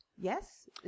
Yes